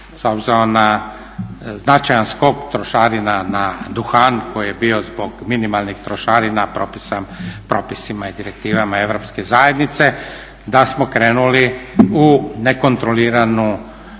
s obzirom na značajan skok trošarina na duhan koji je bio zbog minimalnih trošarina, propisima i direktivama Europske zajednice da smo krenuli u nekontroliranu